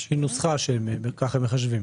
יש נוסחה שכך הם מחשבים.